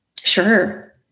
Sure